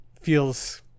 feels